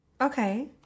Okay